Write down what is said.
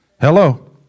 hello